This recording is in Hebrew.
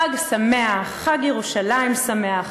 חג שמח, חג ירושלים שמח.